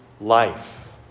life